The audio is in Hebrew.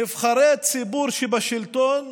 נבחרי ציבור שבשלטון,